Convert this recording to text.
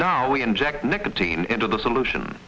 we inject nicotine into the solution